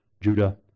Judah